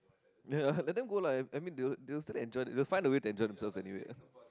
ya let them go lah I I mean they they will still enjoy they will find a way to enjoy themselves anyway